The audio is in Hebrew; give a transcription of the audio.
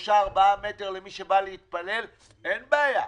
שלושה-ארבעה מטרים למי שבא להתפלל, אין בעיה.